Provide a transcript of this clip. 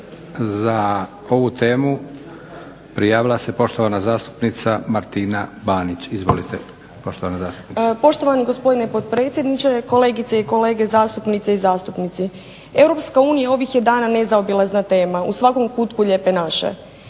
za ovu temu prijavila se poštovana zastupnica Martina Banić. Izvolite poštovana zastupnice. **Banić, Martina (HDZ)** Poštovani gospodine potpredsjedniče, kolegice i kolege zastupnice i zastupnici. EU ovih je dana nezaobilazna tema u svakom kutku Lijepe naše.